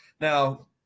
now